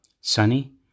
Sunny